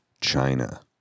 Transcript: China